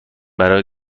برای